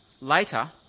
Later